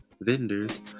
vendors